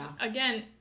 again